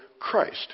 Christ